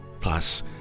Plus